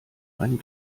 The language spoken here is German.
einen